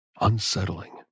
unsettling